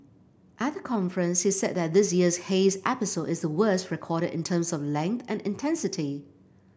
at the conference he said that this year's haze episode is the worst recorded in terms of length and intensity